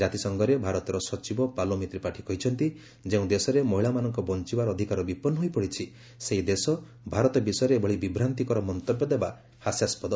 ଜାତିସଂଘରେ ଭାରତର ସଚିବ ପାଲୋମି ତ୍ରିପାଠୀ କହିଛନ୍ତି ଯେଉଁ ଦେଶରେ ମହିଳାମାନଙ୍କ ବଞ୍ଚବାର ଅଧିକାର ବିପନ୍ନ ହୋଇପଡ଼ିଛି ସେହି ଦେଶ ଭାରତ ବିଷୟରେ ଏଭଳି ବିଭ୍ରାନ୍ତିକର ମନ୍ତବ୍ୟ ଦେବା ହାସ୍ୟାସ୍କଦ